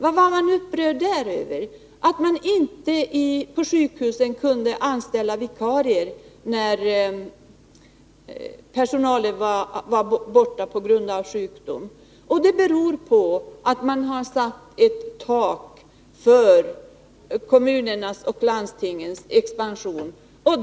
Där var man upprörd över att man inte på sjukhusen kunde anställa vikarier när personal var borta på grund av sjukdom. Det beror på att det har satts ett tak för kommunernas och landstingens expansion.